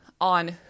on